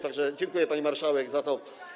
Tak że dziękuję, pani marszałek, za to.